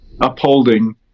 upholding